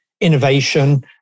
innovation